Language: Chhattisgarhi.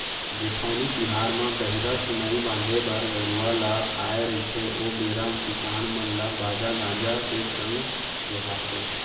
जेठउनी तिहार म गहिरा सुहाई बांधे बर गरूवा ल आय रहिथे ओ बेरा किसान मन ल बाजा गाजा के संग जोहारथे